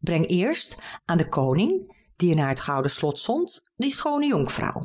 breng eerst aan den koning die je naar het gouden slot zond de schoone jonkvrouw